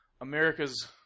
America's